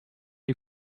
you